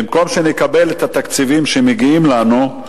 במקום שנקבל את התקציבים שמגיעים לנו,